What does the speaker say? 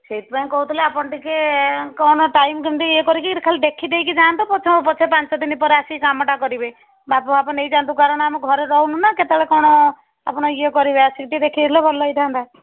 ସେହିଥିପାଇଁ କହୁଥିଲି ଆପଣ ଟିକେ କ'ଣ ଟାଇମ କେମିତି ଇଏ କରିକି ଖାଲି ଦେଖିଦେଇକି ଯାଆନ୍ତୁ ପଛକୁ ପଛେ ପାଞ୍ଚଦିନ ପରେ ଆସି କାମଟା କରିବେ ମାପ ଫାପ ନେଇଯାଆନ୍ତୁ କାରଣ ଆମେ ଘରେ ରହୁନୁନା କେତେବେଳେ କ'ଣ ଆପଣ ଇଏ କରିବେ ଆସିକି ଟିକେ ଦେଖିଦେଲେ ଭଲ ହୋଇଥାନ୍ତା